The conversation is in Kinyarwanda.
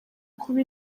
kuba